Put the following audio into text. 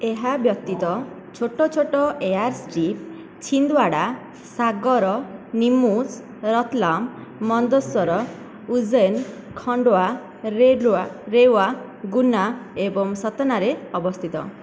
ଏହା ବ୍ୟତୀତ ଛୋଟ ଛୋଟ ଏୟାରଷ୍ଟ୍ରିପ୍ ଛିନ୍ଦୱାଡ଼ା ସାଗର ନିମୁସ ରତଲାମ ମନ୍ଦସୌର ଉଜ୍ଜୟିନୀ ଖଣ୍ଡୱା ରେୱା ଗୁନା ଏବଂ ସତନାରେ ଅବସ୍ଥିତ